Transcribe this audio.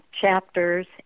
chapters